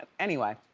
anyway.